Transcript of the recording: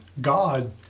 god